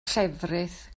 llefrith